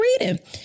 reading